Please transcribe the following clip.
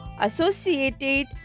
associated